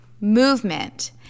movement